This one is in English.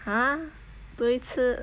!huh! 多一次